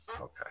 Okay